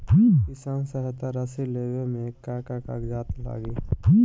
किसान सहायता राशि लेवे में का का कागजात लागी?